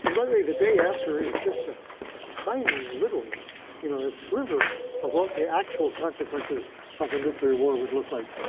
and by the way, the day after is just ah a tiny, little you know sliver of what the actual consequences of a nuclear war would look like.